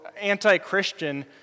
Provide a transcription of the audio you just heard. anti-Christian